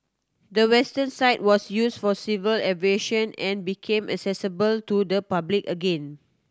the western side was used for civil aviation and became accessible to the public again